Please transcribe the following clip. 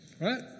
right